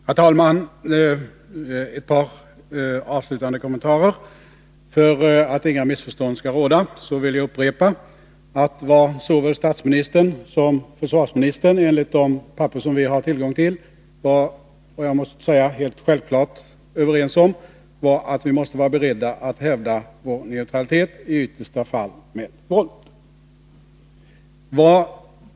Herr talman! Jag skall bara göra ett par avslutande kommentarer. För att inga missförstånd skall råda vill jag upprepa att statsministern och försvarsministern — enligt de papper som vi har haft tillgång till — självfallet var helt överens om var att vi måste vara beredda att hävda vår neutralitet, i yttersta fall med våld.